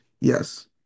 yes